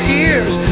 ears